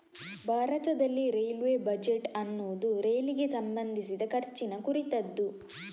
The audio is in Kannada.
ಭಾರತದಲ್ಲಿ ರೈಲ್ವೇ ಬಜೆಟ್ ಅನ್ನುದು ರೈಲಿಗೆ ಸಂಬಂಧಿಸಿದ ಖರ್ಚಿನ ಕುರಿತದ್ದು